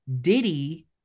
Diddy